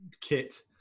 kit